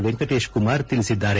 ವೆಂಕಟೇಶ ಕುಮಾರ್ ತಿಳಿಸಿದ್ದಾರೆ